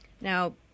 Now